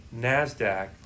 NASDAQ